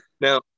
Now